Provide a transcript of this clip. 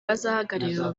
bazahagararira